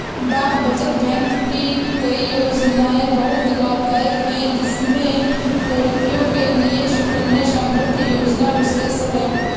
डाक बचत बैंक की कई योजनायें बहुत लाभदायक है जिसमें लड़कियों के लिए सुकन्या समृद्धि योजना विशेष है